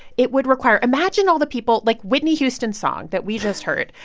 it would require imagine all the people like, whitney houston's song that we just heard,